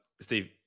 Steve